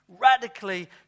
radically